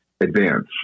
advance